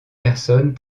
personnes